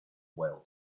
whale